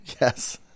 yes